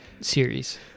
series